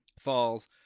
falls